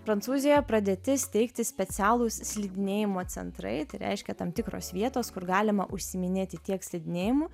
prancūzijoje pradėti steigti specialūs slidinėjimo centrai tai reiškia tam tikros vietos kur galima užsiiminėti tiek slidinėjimu